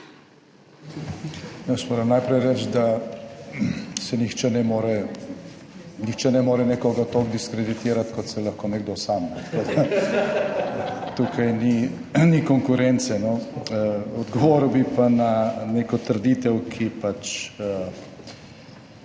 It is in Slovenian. more, nihče ne more nekoga toliko diskreditirati kot se lahko nekdo sam. / smeh/ Tukaj ni konkurence. Odgovoril bi pa na neko trditev, ki pač,